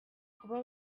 kuba